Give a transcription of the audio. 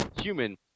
human